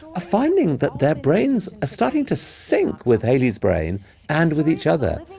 finding that their brains are starting to sync with haley's brain and with each other.